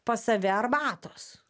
pas save arbatos